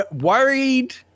Worried